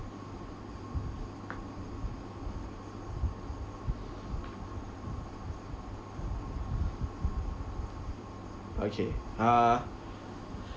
okay uh